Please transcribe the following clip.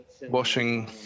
washing